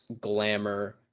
glamour